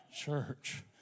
Church